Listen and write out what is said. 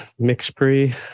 MixPre